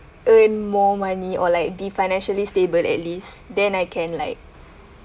earn more money or like be financially stable at least then I can like